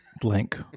Blank